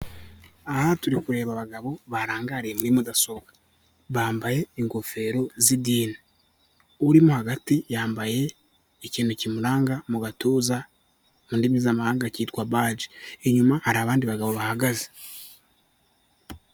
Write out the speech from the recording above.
Aha turi kureba abagabo barangariye muri mudasobwa, bambaye ingofero z'idini, urimo hagati yambaye ikintu kimuranga mu gatuza, mu ndimi z'amahanga kitwa baji, inyuma hari abandi bagabo bahagaze.